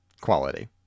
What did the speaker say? quality